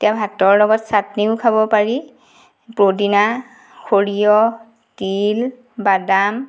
এতিয়া ভাতৰ লগত ছাটনিও খাব পাৰি পদিনা সৰিয়হ তিল বাদাম